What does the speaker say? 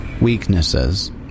weaknesses